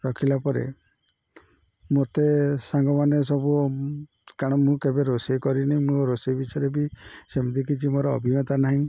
ରଖିଲା ପରେ ମୋତେ ସାଙ୍ଗମାନେ ସବୁ କାରଣ ମୁଁ କେବେ ରୋଷେଇ କରିନି ମୋ ରୋଷେଇ ବିଷୟରେ ବି ସେମିତି କିଛି ମୋର ଅଭିଜ୍ଞତା ନାହିଁ